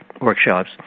workshops